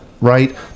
right